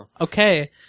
Okay